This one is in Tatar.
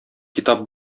китап